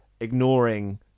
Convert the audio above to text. ignoring